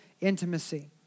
intimacy